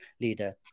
leader